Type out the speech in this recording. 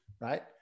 right